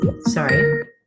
sorry